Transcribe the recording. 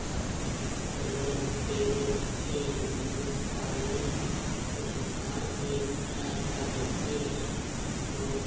पालन के लिए अब अच्छी है मछली पालने से सरकार भी सहायता करती है और